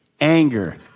anger